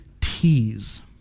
T's